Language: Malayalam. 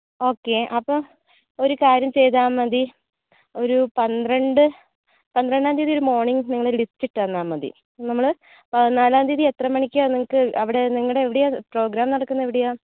ഓക്കെ അപ്പോൾ ഒരു കാര്യം ചെയ്താൽ മതി ഒരു പന്ത്രണ്ട് പന്ത്രണ്ടാം തിയ്യതി ഒരു മോർണിംഗ് നിങ്ങളൊരു ലിസ്റ്റ് ഇട്ടുതന്നാൽ മതി നമ്മൾ പതിനാലാം തിയ്യതി എത്ര മണിക്ക് നിങ്ങൾക്ക് അവിടെ നിങ്ങളുടെ എവിടെയാണ് പ്രോഗ്രാം നടക്കുന്നത് എവിടെയാണ്